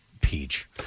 peach